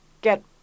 get